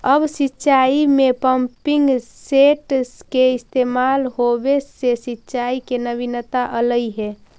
अब सिंचाई में पम्पिंग सेट के इस्तेमाल होवे से सिंचाई में नवीनता अलइ हे